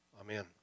Amen